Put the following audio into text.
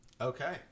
Okay